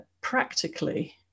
practically